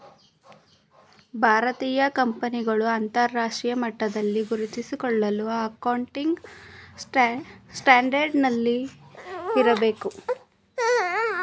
ಭಾರತೀಯ ಕಂಪನಿಗಳು ಅಂತರರಾಷ್ಟ್ರೀಯ ಮಟ್ಟದಲ್ಲಿ ಗುರುತಿಸಿಕೊಳ್ಳಲು ಅಕೌಂಟಿಂಗ್ ಸ್ಟ್ಯಾಂಡರ್ಡ್ ನಲ್ಲಿ ಇರಬೇಕು